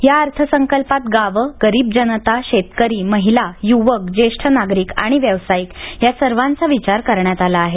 या अर्थसंकल्पात गावं गरीब जनता शेतकरी महिला युवक जेष्ठ नागरिक आणि व्यावसायिक या सर्वांचा विचार करण्यात आला आहे